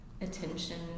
attention